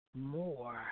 more